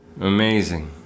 Amazing